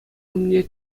умне